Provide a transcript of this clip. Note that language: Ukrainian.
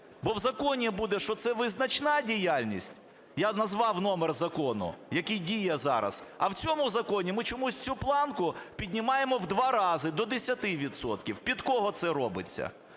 Бо в законі буде, що це визначна діяльність, я назвав номер закону, який діє зараз. А в цьому законі ми чомусь цю планку піднімаємо в 2 рази – до 10 відсотків. Під кого це робиться?